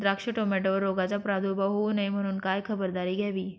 द्राक्ष, टोमॅटोवर रोगाचा प्रादुर्भाव होऊ नये म्हणून काय खबरदारी घ्यावी?